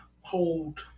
hold